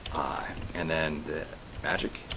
and then magic,